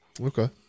Okay